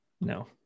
No